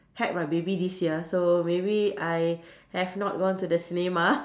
had my baby this year so maybe I have not gone to the cinema